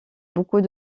beaucoup